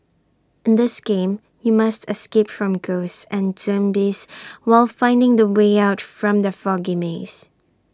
in this game you must escape from ghosts and zombies while finding the way out from the foggy maze